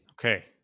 okay